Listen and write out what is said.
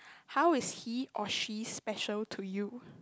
how is he or she special to you